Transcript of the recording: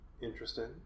Interesting